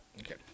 Okay